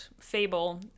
fable